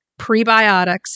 prebiotics